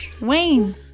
Wayne